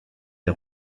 des